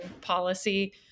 policy